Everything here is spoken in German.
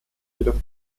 jedoch